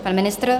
Pan ministr?